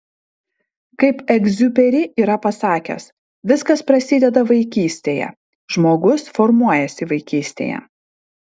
kaip egziuperi yra pasakęs viskas prasideda vaikystėje žmogus formuojasi vaikystėje